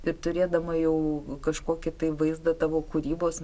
ir turėdama jau kažkokį vaizdą tavo kūrybos